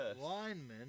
lineman